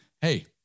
hey